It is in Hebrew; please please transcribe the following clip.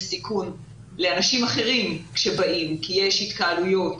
סיכון לאנשים אחרים שבאים כי יש התקהלויות,